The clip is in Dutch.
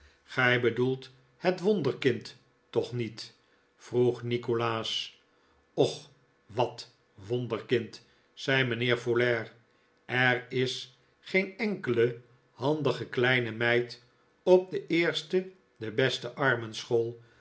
gij bedoelt het wonderkind toch niet vroeg nikolaas och wat wonderkind zei mijnheer folair er is geen enkele handige kleine meid op de eerste de beste armenschool